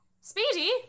Speedy